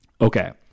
Okay